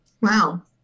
Wow